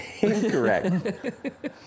Incorrect